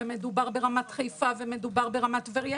ומדובר ב- "רמת חיפה" ומדובר ב- "רמת טבריה".